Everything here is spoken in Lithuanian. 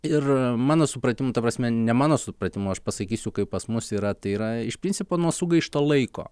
ir mano supratimu ta prasme ne mano supratimu aš pasakysiu kaip pas mus yra tai yra iš principo nuo sugaišto laiko